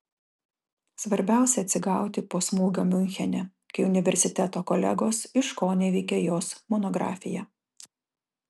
svarbiausia atsigauti po smūgio miunchene kai universiteto kolegos iškoneveikė jos monografiją